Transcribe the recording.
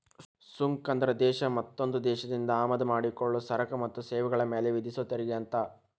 ಸುಂಕ ಅಂದ್ರ ಒಂದ್ ದೇಶ ಮತ್ತೊಂದ್ ದೇಶದಿಂದ ಆಮದ ಮಾಡಿಕೊಳ್ಳೊ ಸರಕ ಮತ್ತ ಸೇವೆಗಳ ಮ್ಯಾಲೆ ವಿಧಿಸೊ ತೆರಿಗೆ ಅಂತ